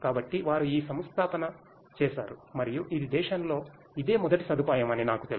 కాబట్టి వారు ఈ సంస్థాపన చేసారు మరియు ఇది దేశంలో ఇదే మొదటి సదుపాయం అని నాకు తెలుసు